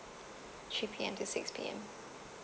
three P_M to six P_M